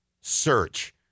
search